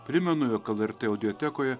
primenu jog lrt audiotekoje